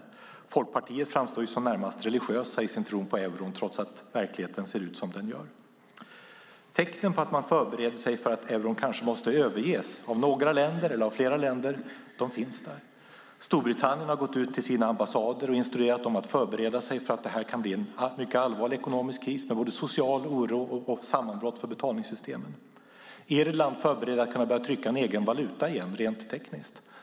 I Folkpartiet framstår man ju som närmast religiösa i sin tro på euron, trots att verkligheten ser ut som den gör. Tecknen på att man förbereder sig för att euron kanske måste överges av några länder eller av flera länder finns där. Storbritannien har gått ut till sina ambassader och instruerat dem att förbereda sig för att det kan bli en mycket allvarlig ekonomisk kris med både social oro och sammanbrott i betalningssystemen. Irland förbereder för att kunna börja trycka en egen valuta igen rent tekniskt.